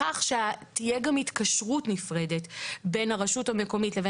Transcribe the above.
לכך שתהיה גם התקשרות נפרדת בין הרשות המקומית לבין